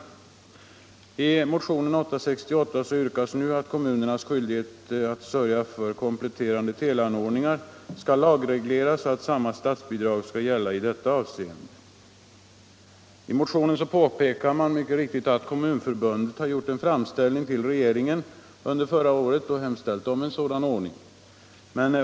Nu vill motionärerna som sagt att även kommunernas skyldighet att sörja för kompletterande teleanordningar skall lagregleras och att samma statsbidrag skall gälla i detta avseende. I motionen påpekas mycket riktigt att Kommunförbundet i fjol gjorde en framställning till regeringen med hemställan om en sådan ordning.